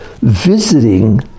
Visiting